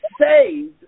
Saved